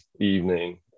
evening